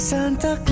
Santa